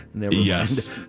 yes